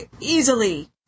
easily